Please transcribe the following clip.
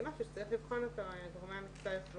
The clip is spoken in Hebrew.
זה משהו שצריך לבחון עם גורמי המקצוע.